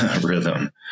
rhythm